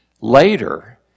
later